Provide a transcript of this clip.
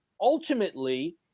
ultimately